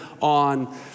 on